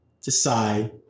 decide